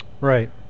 Right